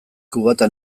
kubata